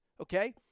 okay